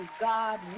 God